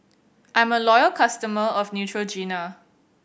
I'm a loyal customer of Neutrogena